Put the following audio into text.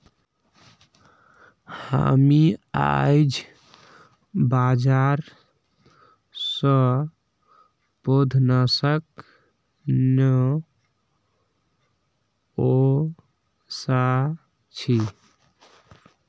हामी आईझ बाजार स पौधनाशक ने व स छि